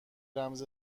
رمز